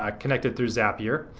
ah connected through zapier.